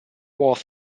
was